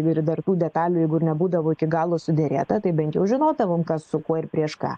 ir dėl tų detalių jeigu ir nebūdavo iki galo suderėta tai bent jau žinodavom kas su kuo ir prieš ką